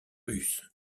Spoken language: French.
virus